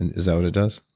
and is that what it does?